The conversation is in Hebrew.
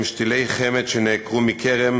הם שתילי חמד שנעקרו מכרם